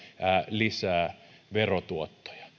lisää verotuottoja